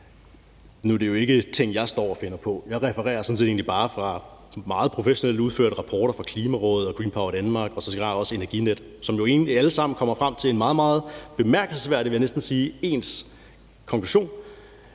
Nu er det jo ikke ting, jeg står og finder på. Jeg refererer sådan set egentlig bare fra meget professionelt udførte rapporter fra Klimarådet og Green Power Denmark og sågar også Energinet, som jo egentlig alle sammen kommer frem til en meget, meget bemærkelsesværdig ens, vil jeg næsten sige, konklusion.